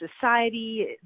society